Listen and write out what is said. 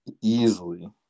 Easily